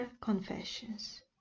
Confessions